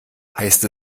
heißt